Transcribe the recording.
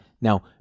now